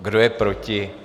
Kdo je proti?